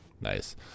Nice